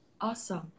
Awesome